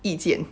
意见